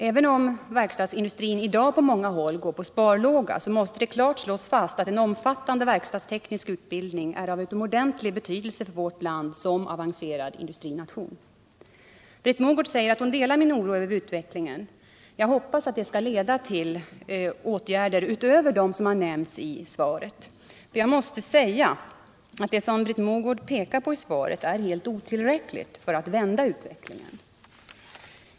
Även om verkstadsindustrin i dag på många håll går på sparlåga, måste det klart slås fast att en omfattande verkstadsteknisk utbildning är av utomordentlig betydelse för vårt land som avancerad industrination. Britt Mogård säger att hon delar min oro över utvecklingen. Jag hoppas att detta skall leda till åtgärder utöver dem som nämnts i svaret. Jag måste säga att det som Britt Mogård pekar på i svaret är helt otillräckligt för att vända utvecklingen.